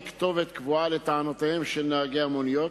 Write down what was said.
כתובת קבועה לטענותיהם של נהגי המוניות.